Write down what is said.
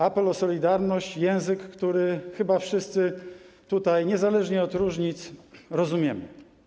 Apel o solidarność, język, który chyba wszyscy tutaj - niezależnie od różnic - rozumiemy.